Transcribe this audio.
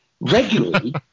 regularly